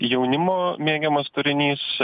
jaunimo mėgiamas turinys